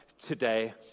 Today